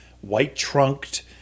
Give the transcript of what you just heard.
white-trunked